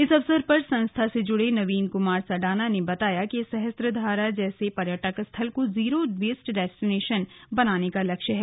इस अवसर पर संस्था से जुड़े नवीन कुमार सढाना ने बताया कि सहस्त्रधारा जैसे पर्यटक स्थल को जीरो वेस्ट डेस्टिनेशन बनाने का लक्ष्य है